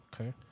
Okay